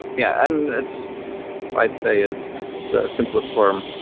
yeah and it's i'd say it's the simplest form